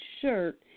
shirt